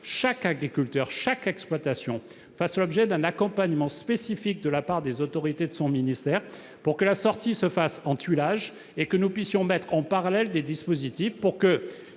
chaque agriculteur et chaque exploitation fassent l'objet d'un accompagnement spécifique de la part des autorités de son ministère. Il faut que la sortie se fasse en tuilage et que nous puissions mettre en parallèle des dispositifs pour